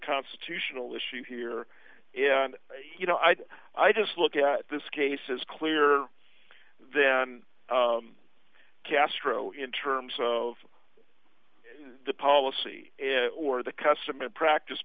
constitutional issue here if you know i i just look at this case is clear then castro in terms of the policy or the custom and practice